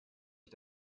ich